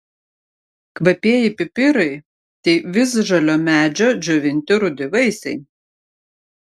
kvapieji pipirai tai visžalio medžio džiovinti rudi vaisiai